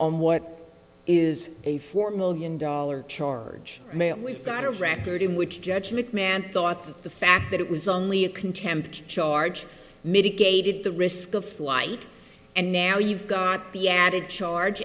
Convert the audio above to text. on what is a four million dollars charge we've got a record in which judge mcmahon thought that the fact that it was only a contempt charge mitigated the risk of flight and now you've got the added charge